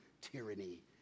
tyranny